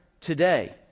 today